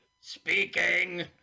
Speaking